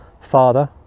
father